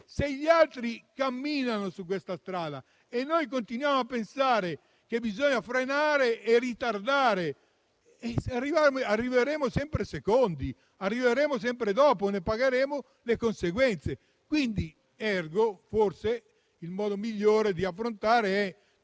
Se gli altri procedono su questa strada e noi continuiamo a pensare che bisogna frenare e ritardare, arriveremo sempre secondi; arriveremo sempre dopo e ne pagheremo le conseguenze. Ergo, forse il modo migliore di affrontare